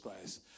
Christ